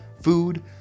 food